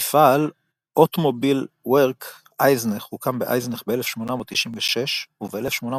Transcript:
מפעל אוטמובילוורק אייזנך הוקם באייזנך ב-1896 וב-1897